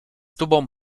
tubą